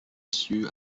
sue